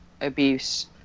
abuse